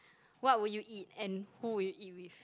what would you eat and who will you eat with